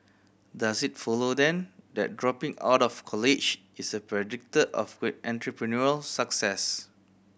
does it follow then that dropping out of college is a predictor of great entrepreneurial success